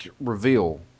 reveal